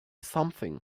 something